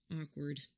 Awkward